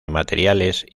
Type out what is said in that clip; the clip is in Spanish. materiales